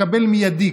מקבל מיידית,